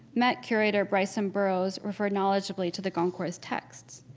met curator bryson burroughs referred knowledgeably to the goncourt's texts.